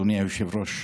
אדוני היושב-ראש: